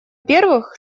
первых